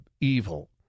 evil